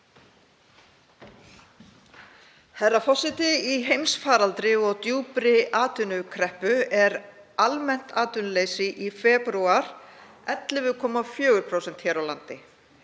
Herra forseti. Í heimsfaraldri og djúpri atvinnukreppu er almennt atvinnuleysi í febrúar 11,4% hér á landi,